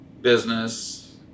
business